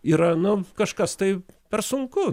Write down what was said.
yra nu kažkas tai per sunku